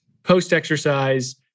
post-exercise